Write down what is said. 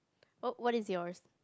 oh what is yours